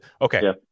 Okay